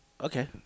Okay